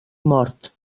mort